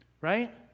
Right